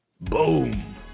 boom